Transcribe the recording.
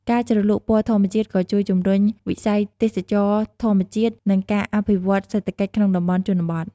ការជ្រលក់ពណ៌ធម្មជាតិក៏ជួយជំរុញវិស័យទេសចរណ៍ធម្មជាតិ និងការអភិវឌ្ឍសេដ្ឋកិច្ចក្នុងតំបន់ជនបទ ។